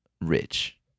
rich